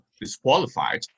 disqualified